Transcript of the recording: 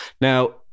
Now